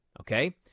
okay